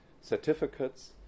certificates